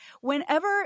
whenever